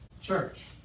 church